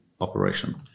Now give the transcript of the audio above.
operation